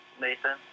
Nathan